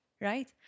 right